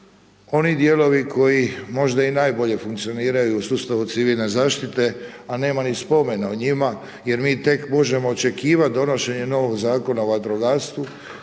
oni dijelovi koji možda i najbolje funkcioniraju u sustavu civilne zaštite a nema ni spomena o njima jer mi tek možemo očekivati donošenje novog Zakona o vatrogastvu,